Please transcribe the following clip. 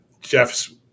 Jeff's